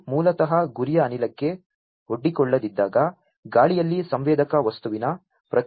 ಇದು ಮೂಲತಃ ಗುರಿಯ ಅನಿಲಕ್ಕೆ ಒಡ್ಡಿಕೊಳ್ಳದಿದ್ದಾಗ ಗಾಳಿಯಲ್ಲಿ ಸಂವೇದಕ ವಸ್ತುವಿನ ಪ್ರತಿರೋಧವಾಗಿದೆ